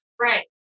Right